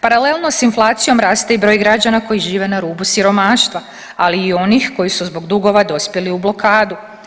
Paralelno s inflacijom raste i broj građana koji žive na rubu siromaštva, ali i onih koji su zbog dugova dospjeli u blokadu.